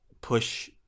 push